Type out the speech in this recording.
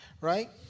right